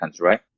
right